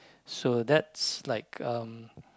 so that's like um